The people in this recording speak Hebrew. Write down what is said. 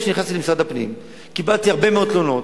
כשנכנסתי למשרד הפנים קיבלתי הרבה מאוד תלונות,